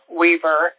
weaver